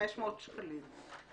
500 שקלים.